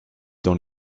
dans